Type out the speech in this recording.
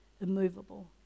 immovable